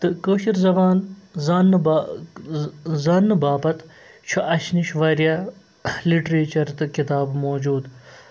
تہٕ کٲشِر زَبان زاننہٕ زاننہٕ باپتھ چھُ اَسہِ نِش واریاہ لِٹرٛیچر تہٕ کِتابہٕ موٗجوٗد